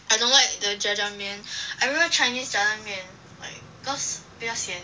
I don't like the jjajang 面 I prefer chinese 炸酱面 like cause 比较咸